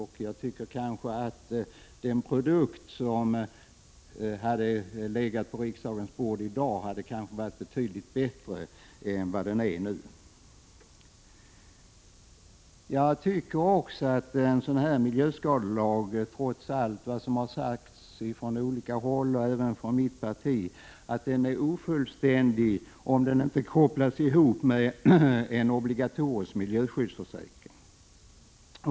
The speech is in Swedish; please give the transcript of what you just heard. Den produkt som med ett sådant förfarande legat på riksdagens bord hade kanske varit betydligt bättre än vad den produkt är som vi behandlar i dag. Jag tycker också att en miljöskadelag, trots allt vad som har sagts från olika håll och även från mitt parti, är ofullständig, om den inte kopplas ihop med en obligatorisk miljöskyddsförsäkring.